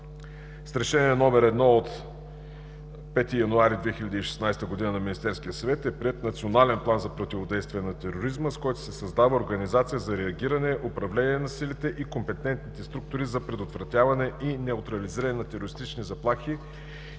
С Решение № 1 от 5 януари 2016 г. на Министерския съвет е приет Национален план за противодействие на тероризма, с който се създава организация за реагиране, управление на силите и компетентните структури за предотвратяване и неутрализиране на терористични заплахи